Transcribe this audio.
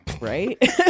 Right